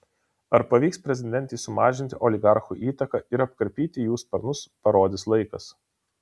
ar pavyks prezidentei sumažinti oligarchų įtaką ir apkarpyti jų sparnus parodys laikas